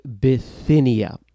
Bithynia